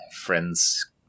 friends